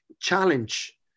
challenge